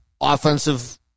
offensive